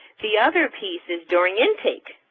the other piece is during intake.